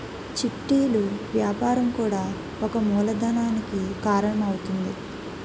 చిట్టీలు వ్యాపారం కూడా ఒక మూలధనానికి కారణం అవుతుంది